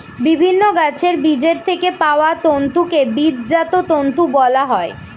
বিভিন্ন গাছের বীজের থেকে পাওয়া তন্তুকে বীজজাত তন্তু বলা হয়